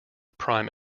prime